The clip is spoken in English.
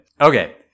okay